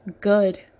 good